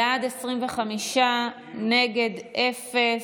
בעד, 25, נגד, אפס.